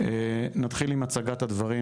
נתחיל עם הצגת הדברים,